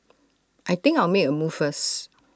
I think I'll make A move first